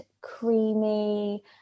creamy